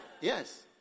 Yes